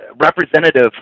representative